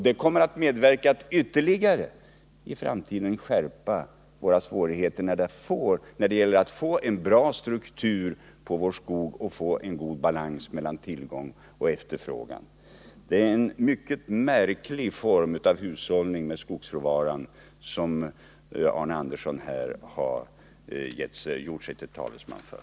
Det kommer att medverka till att i framtiden ytterligare skärpa svårigheterna att få en bra struktur på skogen och få god balans mellan tillgång och efterfrågan på virket. Det är en mycket märklig form av hushållning med skogsråvaran som Arne Andersson här har gjort sig till talesman för.